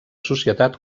societat